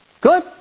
Good